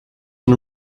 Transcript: and